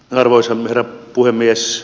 arvoisa herra puhemies